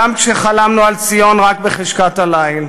גם כשחלמנו על ציון רק בחשכת הליל.